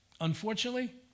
unfortunately